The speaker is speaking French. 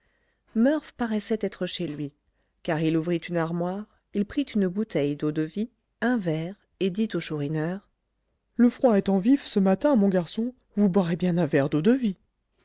murph paraissait être chez lui car il ouvrit une armoire il prit une bouteille d'eau-de-vie un verre et dit au chourineur le froid étant vif ce matin mon garçon vous boirez bien un verre d'eau-de-vie